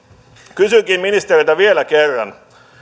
kysynkin ministeriltä vielä kerran